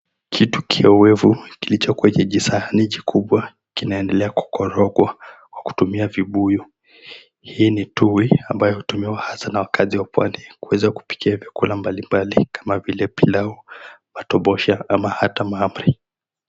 Kitu kiowevu kilicho kwenye jisahani kikubwa kinaendelea kukorogwa kwa kutumia vibuyu. Hii ni tui ambayo hutumiwa sana na wakazi wa pwani kuweza kupikia vyakula mbalimbali kama vile pilau, matobosha ama hata mahamri.